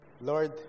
Lord